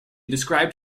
described